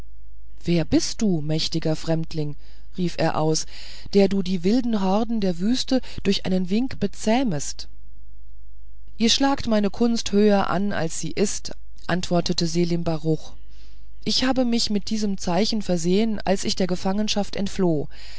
wer bist du mächtiger fremdling rief er aus der du die wilden horden der wüste durch einen wink bezähmest ihr schlagt meine kunst höher an als sie ist antwortete selim baruch ich habe mich mit diesem zeichen versehen als ich der gefangenschaft entfloh